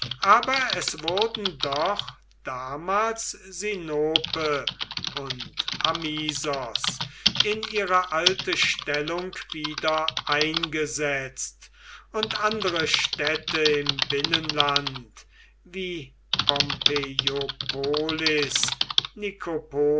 aber es wurden doch damals sinope und amisos in ihre alte stellung wieder eingesetzt und andere städte im binnenland wie